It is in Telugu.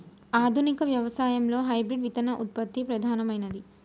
ఆధునిక వ్యవసాయం లో హైబ్రిడ్ విత్తన ఉత్పత్తి ప్రధానమైంది